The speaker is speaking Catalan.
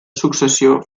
successió